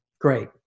Great